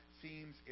seems